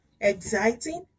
exciting